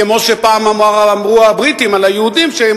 כמו שפעם אמרו הבריטים על היהודים שאם